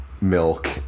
milk